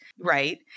right